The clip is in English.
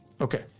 Okay